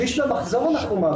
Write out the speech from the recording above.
שליש מהמחזור אנחנו מעבירים.